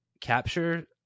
capture